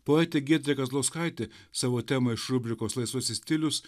poetė giedrė kazlauskaitė savo temą iš rubrikos laisvasis stilius